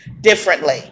differently